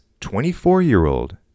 24-year-old